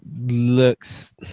looks